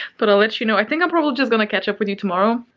but i'll let you know i think i'm probably just gonna catch up with you tomorrow.